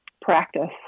practice